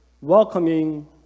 welcoming